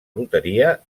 loteria